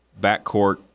backcourt